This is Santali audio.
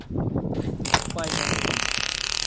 ᱠᱳᱯᱟᱭ ᱜᱟᱰᱟ